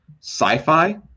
sci-fi